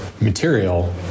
material